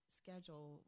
schedule